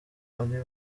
ari